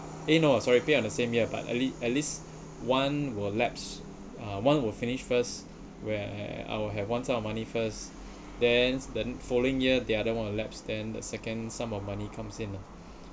eh no sorry pay on the same year but at least at least one will lapse uh one will finish first where I would have one set of money first then the following year the other one lapse then the second sum of money comes in lah